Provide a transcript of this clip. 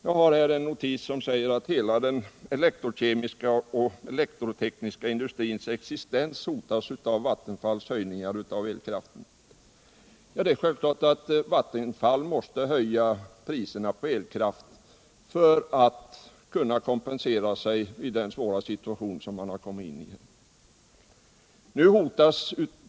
Jag har här en notis som säger att hela den elektrokemiska och den elektrotekniska industrins existens hotas genom Vattenfalls höjningar av priset på elkraften. Vattenfall måste naturligtvis höja priserna på elkraft för att kunna kompensera sig i den svåra situation som man har kommit in i.